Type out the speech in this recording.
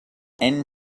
end